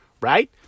Right